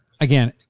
again